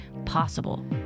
Possible